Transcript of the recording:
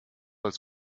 als